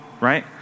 right